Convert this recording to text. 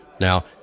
Now